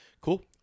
Cool